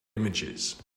images